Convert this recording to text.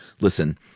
listen